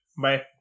bye